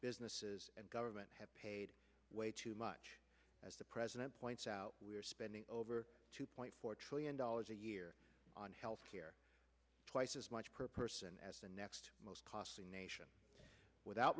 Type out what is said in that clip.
businesses and government have paid way too much as the president points out we are spending over two point four trillion dollars a year on health care twice as much per person as the next most costly nation without